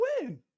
win